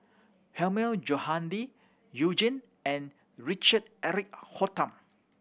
Hilmi Johandi You Jin and Richard Eric Holttum